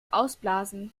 ausblasen